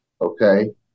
okay